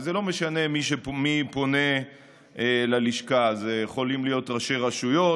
ולא משנה מי פונה ללשכה: יכולים להיות ראשי רשויות,